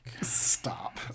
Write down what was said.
Stop